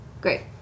great